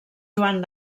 joan